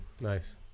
Nice